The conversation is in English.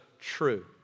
true